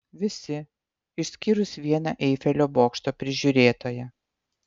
visi išskyrus vieną eifelio bokšto prižiūrėtoją